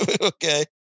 Okay